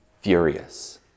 furious